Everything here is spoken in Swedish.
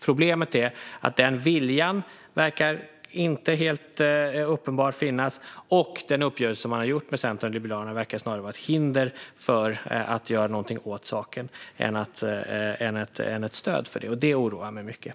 Problemet är att det inte är helt uppenbart att den viljan finns. Den uppgörelse som man har gjort med Centern och Liberalerna verkar snarare vara ett hinder för att göra någonting åt saken än ett stöd för det. Detta oroar mig mycket.